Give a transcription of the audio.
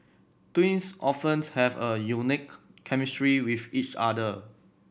twins often have a unique chemistry with each other